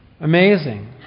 Amazing